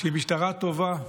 שהיא משטרה טובה,